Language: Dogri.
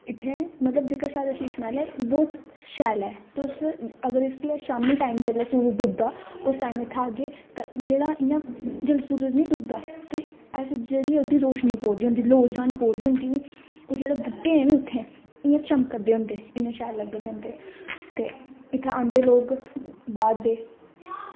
मतलब इत्थें जेह्का साढ़ा शीशमहल ऐ ओह् बड़ा शैल ऐ तुस शामीं जिसलै सूरज डुब्बदा ते तुस आह्गे ते इंया जेल्लै सूरज निं डुब्बदा ते जेह्ड़ी ओह्दी रोशनी पवा दी होंदी लोऽ पवा दी होंदी ना ओह् जेह्ड़े बुड्ढे न इत्थें ओह् चमका दे होंदे इन्ने शैल लग्गा दे होंदे ते उत्थें औंदे लोग बाहर दे